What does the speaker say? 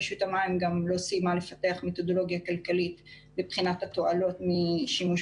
רשות המים גם לא סיימה לפתח מתודולוגיה כלכלית לבחינת התועלות משימוש